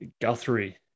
Guthrie